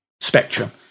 spectrum